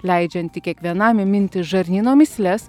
leidžianti kiekvienam įminti žarnyno mįsles